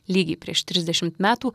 lygiai prieš trisdešimt metų